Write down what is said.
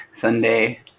Sunday